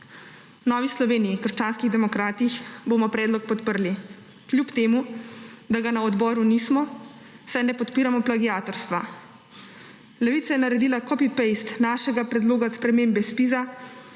Novi Sloveniji − krščanskih demokratih bomo predlog podprli, kljub temu da ga na odboru nismo, saj ne podpiramo plagiatorstva. Levica je naredila copy-paste našega predloga spremembe ZPIZ,